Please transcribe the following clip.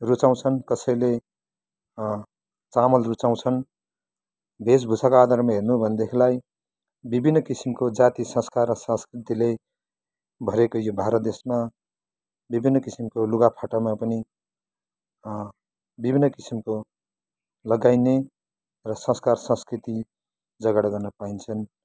रुचाउँछन् कसैले चामल रुचाउँछन् वेशभूषाको आधारमा हेर्नु हो भने देखिलाई विभिन्न किसिमको जाती संस्कार र संस्कृतिले भरिएको यो भारत देशमा विभिन्न किसिमको लुगा फाटामा पनि विभिन्न किसिमको लगाइने र संस्कार र संस्कृति जगड गर्न पाइन्छन्